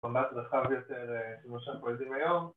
‫למבט רחב יותר, ‫כמו שאנחנו יודעים היום.